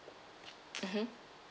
mmhmm